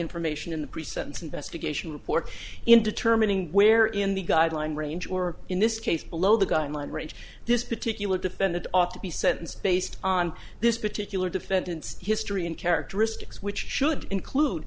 information in the pre sentence investigation report in determining where in the guideline range or in this case below the guideline range this particular defendant ought to be sentenced based on this particular defendant's history and characteristics which should include